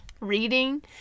reading